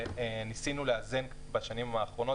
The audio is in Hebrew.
וניסינו לאזן בשנים האחרונות,